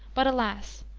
but, alas!